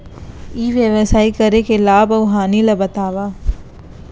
ई व्यवसाय करे के लाभ अऊ हानि ला बतावव?